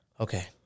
okay